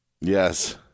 Yes